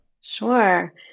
Sure